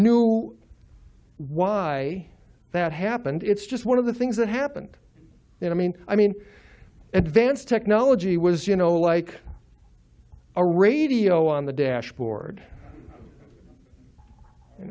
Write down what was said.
knew why that happened it's just one of the things that happened then i mean i mean advanced technology was you know like a radio on the dashboard you